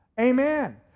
Amen